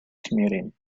commuting